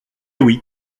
oui